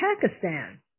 Pakistan